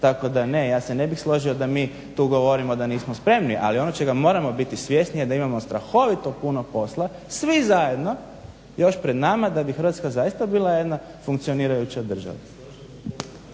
Tako da ne. Ja se ne bih složio da mi tu govorimo da nismo spremni, ali ono čega moramo biti svjesni, a da imamo strahovito puno posla svi zajedno još pred nama da bi Hrvatska zaista bila jedna funkcionirajuća država.